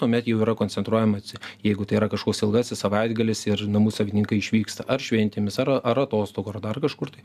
tuomet jau yra koncentruojamasi jeigu tai yra kažkoks ilgasis savaitgalis ir namų savininkai išvyksta ar šventėmis ar ar atostogų ar dar kažkur tai